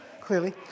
clearly